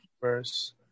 verse